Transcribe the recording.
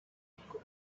copyright